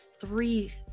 three